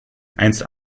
einst